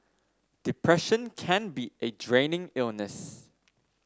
depression can be a draining illness